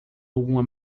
alguma